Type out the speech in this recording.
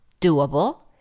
doable